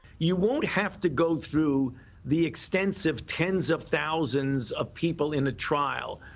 you won't have to go through the extensive tens of thousands of people in a trial.